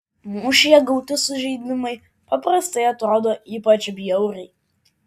mūšyje gauti sužeidimai paprastai atrodo ypač bjauriai